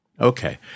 Okay